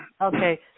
Okay